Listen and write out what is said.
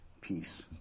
Peace